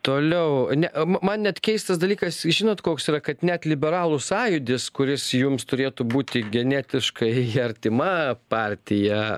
toliau ne man net keistas dalykas žinot koks yra kad net liberalų sąjūdis kuris jums turėtų būti genetiškai artima partija